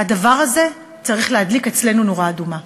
והדבר הזה צריך להדליק אצלנו נורה אדומה.